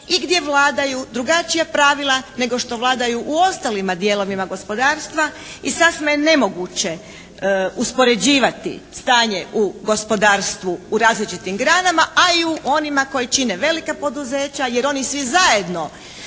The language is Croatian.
i gdje vladaju drugačija pravila nego što vladaju u ostalima dijelovima gospodarstva i sasma je nemoguće uspoređivati stanje u gospodarstvu u različitim granama, a i u onima koji čine velika poduzeća jer oni svi zajedno